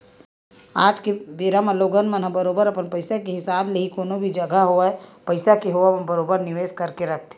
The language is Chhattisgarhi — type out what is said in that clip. आज के बेरा लोगन मन ह बरोबर अपन पइसा के हिसाब ले ही कोनो भी जघा होवय पइसा के होवब म बरोबर निवेस करके रखथे